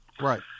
right